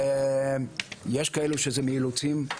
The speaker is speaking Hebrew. יש כאלו שזה מאילוצים,